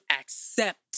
accept